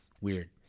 weird